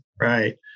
right